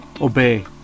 obey